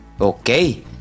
Okay